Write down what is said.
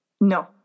No